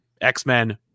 X-Men